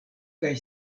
kaj